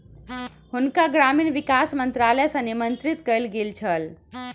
हुनका ग्रामीण विकास मंत्रालय सॅ निमंत्रित कयल गेल छल